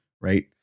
right